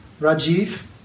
Rajiv